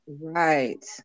Right